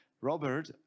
Robert